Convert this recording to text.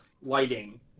lighting